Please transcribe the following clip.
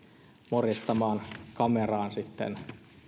morjestamaan kameraan